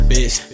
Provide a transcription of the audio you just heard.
Bitch